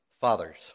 Fathers